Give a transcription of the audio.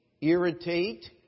irritate